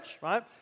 right